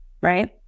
right